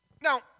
Now